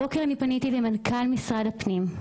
הבוקר פניתי למנכ"ל משרד הפנים.